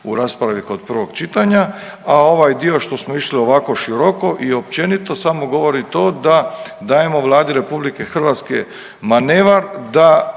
u raspravi kod prvog čitanja. A ovaj dio što smo išli ovako široko i općenito samo govori to da dajemo Vladi RH manevar da